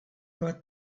got